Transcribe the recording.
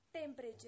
Temperature